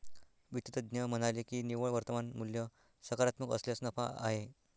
वित्त तज्ज्ञ म्हणाले की निव्वळ वर्तमान मूल्य सकारात्मक असल्यास नफा आहे